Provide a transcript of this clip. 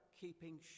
keeping